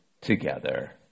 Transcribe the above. together